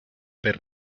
per